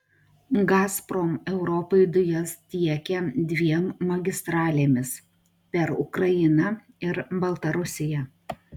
gazprom europai dujas tiekia dviem magistralėmis per ukrainą ir baltarusiją